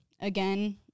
Again